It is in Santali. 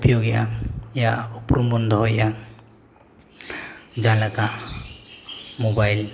ᱩᱯᱭᱳᱜᱮᱫᱼᱟ ᱭᱟ ᱩᱯᱨᱩᱢ ᱵᱚᱱ ᱫᱚᱦᱚᱭᱮᱫᱼᱟ ᱡᱟᱦᱟᱸᱞᱮᱠᱟ